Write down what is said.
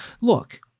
Look